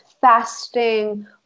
fasting